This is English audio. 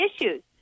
issues